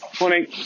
Morning